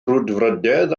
brwdfrydedd